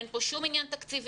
אין כאן שום עניין תקציבי,